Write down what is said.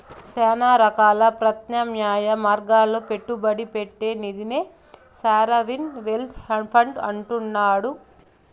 శానా రకాల ప్రత్యామ్నాయ మార్గాల్ల పెట్టుబడి పెట్టే నిదినే సావరిన్ వెల్త్ ఫండ్ అంటుండారు